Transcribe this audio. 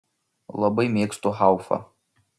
labai mėgstu haufą